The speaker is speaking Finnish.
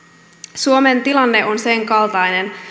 suomen tilanne on sen kaltainen